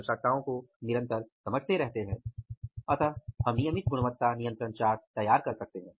अतः हम नियमित गुणवत्ता नियंत्रण चार्ट तैयार कर सकते हैं